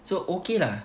so okay lah